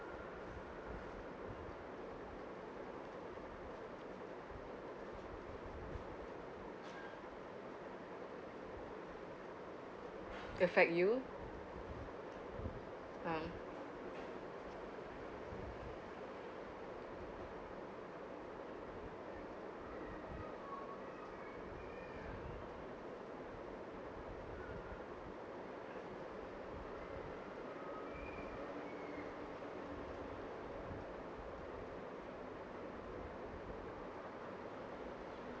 the fact you um